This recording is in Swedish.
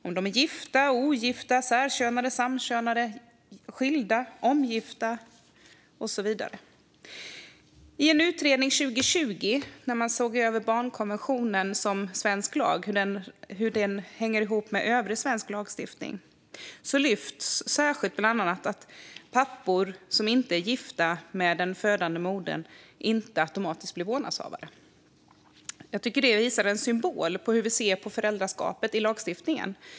De kan vara gifta, ogifta, särkönade, samkönade, skilda, omgifta och så vidare. I en utredning 2020 när man såg över barnkonventionen som svensk lag och hur den hänger ihop med övrig svensk lagstiftning lyfter man särskilt fram bland annat att pappor som inte är gifta med den födande modern inte automatiskt blir vårdnadshavare. Det är symboliskt för hur vi ser på föräldraskapet i lagstiftningen.